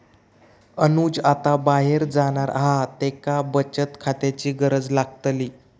अनुज आता बाहेर जाणार हा त्येका बचत खात्याची गरज लागतली